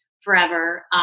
forever